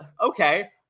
okay